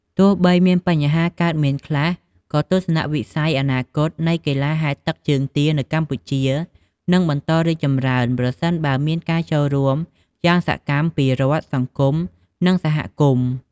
ទោះបីមានបញ្ហាកើតមានខ្លះ ក៏ទស្សនវិស័យអនាគតនៃកីឡាហែលទឹកជើងទានៅកម្ពុជា នឹងបន្តរីកចម្រើន ប្រសិនបើមានការចូលរួមយ៉ាងសកម្មពីរដ្ឋ សង្គម និងសហគមន៍។